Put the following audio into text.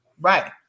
Right